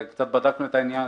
וקצת בדקנו את העניין,